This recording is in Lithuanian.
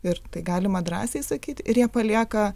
ir tai galima drąsiai sakyti ir jie palieka